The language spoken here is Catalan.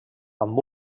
amb